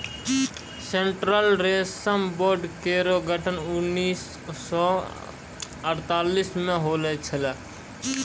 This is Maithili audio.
सेंट्रल रेशम बोर्ड केरो गठन उन्नीस सौ अड़तालीस म होलो छलै